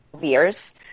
years